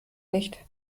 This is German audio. nicht